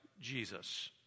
Jesus